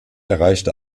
erreichte